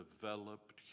developed